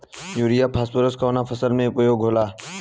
Urea phosphorus कवना फ़सल में उपयोग होला?